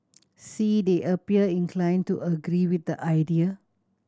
see they appear inclined to agree with the idea